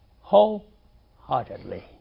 wholeheartedly